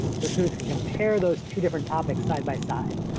the students can compare those two different topics side by side.